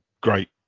great